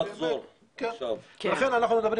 אנחנו מדברים